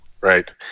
Right